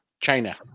China